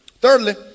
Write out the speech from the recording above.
thirdly